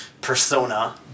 persona